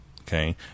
okay